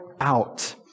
out